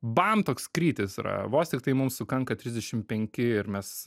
bam toks krytis yra vos tiktai mum sukanka trisdešim penki ir mes